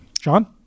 John